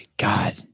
God